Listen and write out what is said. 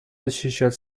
защищать